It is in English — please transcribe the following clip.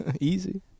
easy